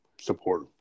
support